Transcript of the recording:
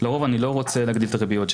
לרוב אני לא רוצה להגדיל את הריביות שלי.